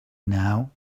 now